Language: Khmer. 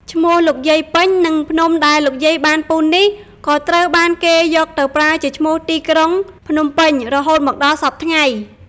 ឈ្មោះលោកយាយពេញ និងភ្នំដែលលោកយាយបានពូននេះ ក៏ត្រូវបានគេយកទៅប្រើជាឈ្មោះទីក្រុង "ភ្នំពេញ" រហូតមកដល់សព្វថ្ងៃ។